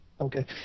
Okay